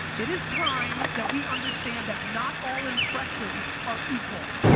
it is time that we understand that not all impressions are equal.